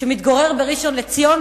שמתגורר בראשון-לציון,